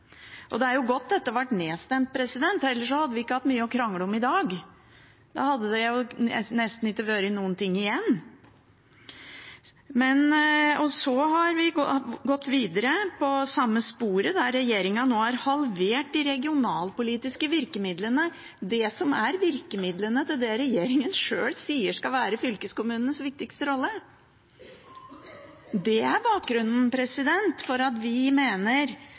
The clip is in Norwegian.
Og det er jo godt dette ble nedstemt, ellers hadde vi ikke hatt mye å krangle om i dag. Da hadde det nesten ikke vært noen ting igjen. Så har vi gått videre på det samme sporet, der regjeringen nå har halvert de regionalpolitiske virkemidlene, det som er virkemidlene til det regjeringen sjøl sier skal være fylkeskommunenes viktigste rolle. Det er bakgrunnen for at vi mener,